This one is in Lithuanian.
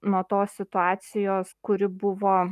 nuo tos situacijos kuri buvo